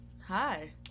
Hi